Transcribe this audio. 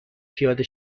پیاده